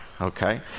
okay